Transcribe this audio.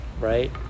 right